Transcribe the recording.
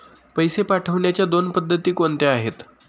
पैसे पाठवण्याच्या दोन पद्धती कोणत्या आहेत?